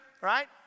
right